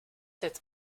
tête